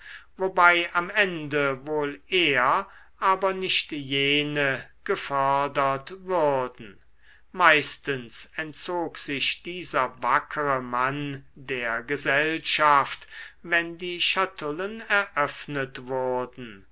wobei am ende wohl er aber nicht jene gefördert würden meistens entzog sich dieser wackere mann der gesellschaft wenn die schatullen eröffnet wurden